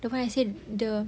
the one I say the